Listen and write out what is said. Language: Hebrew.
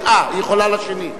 אה, היא יכולה על השני.